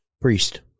Priest